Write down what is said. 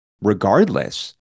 regardless